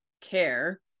care